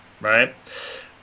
right